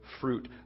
fruit